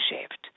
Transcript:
shift